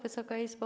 Wysoka Izbo!